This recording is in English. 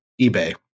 ebay